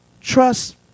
trust